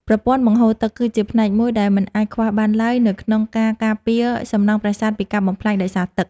ប្រព័ន្ធបង្ហូរទឹក គឺជាផ្នែកមួយដែលមិនអាចខ្វះបានឡើយនៅក្នុងការការពារសំណង់បុរាណពីការបំផ្លាញដោយសារទឹក។